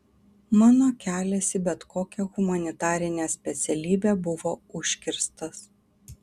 mano kelias į bet kokią humanitarinę specialybę buvo užkirstas